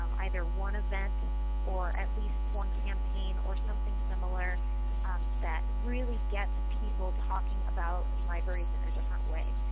um either one event or at least one campaign or something similar that really gets people talking about libraries in a different way.